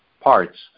parts